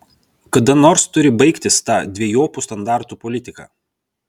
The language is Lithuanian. kada nors turi baigtis ta dvejopų standartų politika